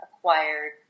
acquired